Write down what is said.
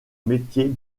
métier